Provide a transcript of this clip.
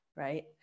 right